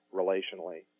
relationally